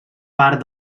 part